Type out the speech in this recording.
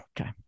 Okay